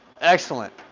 Excellent